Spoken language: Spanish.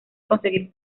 conseguir